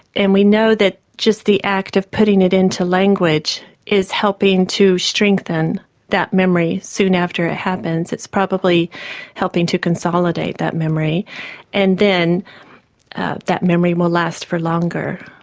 and we know that just the act of putting it into language language is helping to strengthen that memory soon after it happens, it's probably helping to consolidate that memory and then that memory will last for longer.